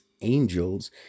angels